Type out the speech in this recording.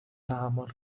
تحمل